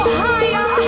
higher